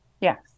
Yes